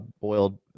boiled